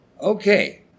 okay